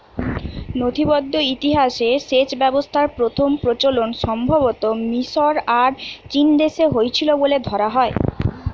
নথিবদ্ধ ইতিহাসে সেচ ব্যবস্থার প্রথম প্রচলন সম্ভবতঃ মিশর আর চীনদেশে হইছিল বলে ধরা হয়